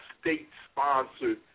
state-sponsored